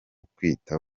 kwita